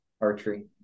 archery